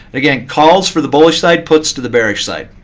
again, calls for the bullish side, puts to the bearish side.